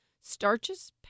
starches